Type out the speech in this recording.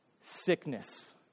sickness